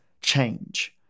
change